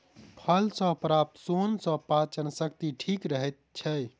फल सॅ प्राप्त सोन सॅ पाचन शक्ति ठीक रहैत छै